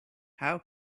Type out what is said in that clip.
how